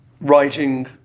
Writing